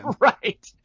Right